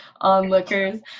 onlookers